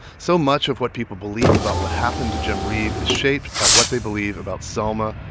so much of what people believe about what happened to jim reeb is shaped by what they believe about selma,